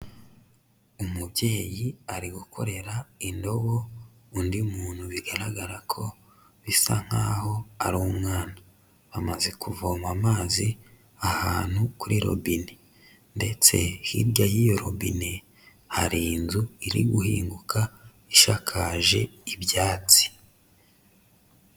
Umubyeyi ari gukorera indobo undi muntu bigaragara ko bisa nkaho ari umwana, amaze kuvoma amazi ahantu kuri robine ndetse hirya y'iyo robine hari inzu iri guhinguka ishakaje ibyatsi.